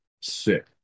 Sick